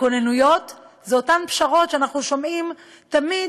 הכוננויות הן אותן פשרות שאנחנו שומעים תמיד